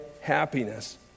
happiness